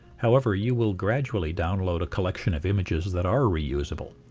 however, you will gradually download a collection of images that are reusable.